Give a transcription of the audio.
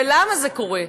ולמה זה קורה?